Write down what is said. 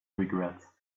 regrets